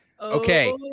okay